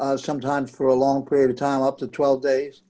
for some time for a long period of time up to twelve days